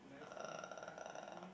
uh